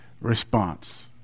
response